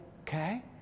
okay